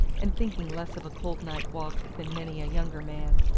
and thinking less of a cold night walk than many a younger man.